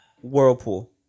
whirlpool